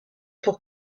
pour